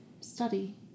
study